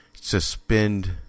suspend